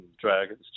dragons